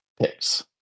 picks